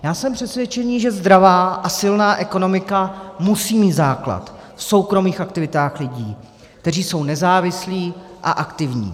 Já jsem přesvědčený, že zdravá a silná ekonomika musí mít základ v soukromých aktivitách lidí, kteří jsou nezávislí a aktivní.